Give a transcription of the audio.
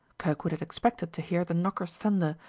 kirkwood had expected to hear the knocker's thunder,